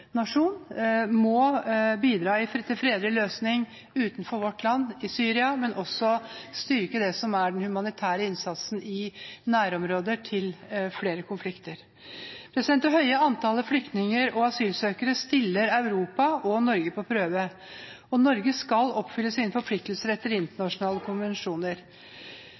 nasjon må bidra til en fredelig løsning utenfor vårt land, i Syria, og også styrke den humanitære innsatsen i nærområdene til flere konflikter. Det høye antallet flyktninger og asylsøkere stiller Europa og Norge på en prøve. Norge skal oppfylle sine forpliktelser etter internasjonale konvensjoner.